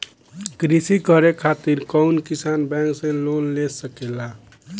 कृषी करे खातिर कउन किसान बैंक से लोन ले सकेला?